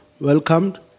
welcomed